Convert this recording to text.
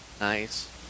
Nice